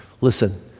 Listen